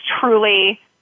truly